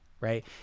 right